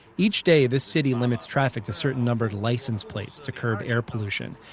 each day, this city limits traffic to certain numbered license plates to curb air pollution.